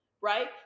right